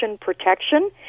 protection